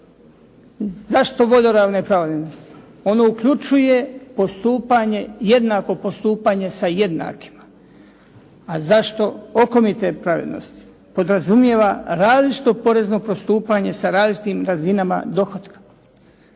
Zašto vodoravne pravednosti? Ono uključuje postupanje jednako postupanje sa jednakima. A zašto okomite pravednosti? Podrazumijeva različito porezno postupanje sa različitim razinama dohotka.